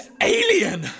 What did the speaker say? alien